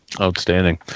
outstanding